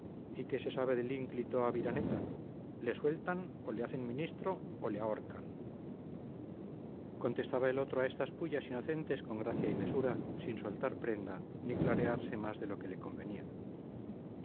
y qué se sabe del ínclito aviraneta le sueltan o le hacen ministro o le ahorcan contestaba el otro a estas pullas inocentes con gracia y mesura sin soltar prenda ni clarearse más de lo que le convenía